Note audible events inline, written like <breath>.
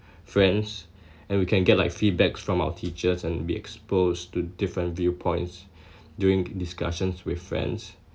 <breath> friends <breath> and we can get like feedback from our teachers and be exposed to different viewpoints <breath> during discussions with friends